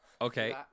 Okay